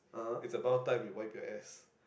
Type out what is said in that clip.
it's about time you wipe your ass